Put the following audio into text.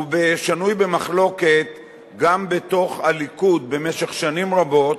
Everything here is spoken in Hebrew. הוא שנוי במחלוקת גם בתוך הליכוד במשך שנים רבות.